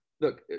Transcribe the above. look